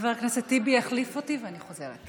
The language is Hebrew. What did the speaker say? חבר הכנסת טיבי יחליף אותי ואני חוזרת.